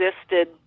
existed